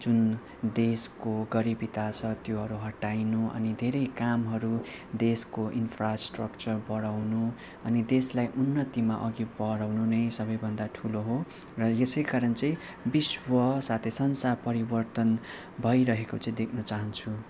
जुन देशको गरिबीता छ त्योहरू हटाइनु अनि धेरै कामहरू देशको इन्फ्रास्ट्रक्चर बढाउनु अनि देशलाई उन्नतिमा अघि बढाउनु नै सबैभन्दा ठुलो हो र यसैकारण चाहिँ विश्व साथै संसार परिवर्तन भइरहेको चाहिँ देख्न चाहन्छु